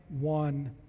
one